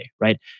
Right